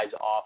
off